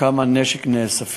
כמה כלי נשק נאספים,